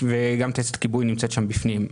גם טייסת הכיבוי נמצאת בפנים.